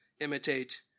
imitate